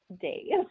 day